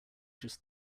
just